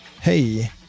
Hey